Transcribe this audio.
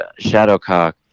Shadowcock